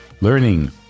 learning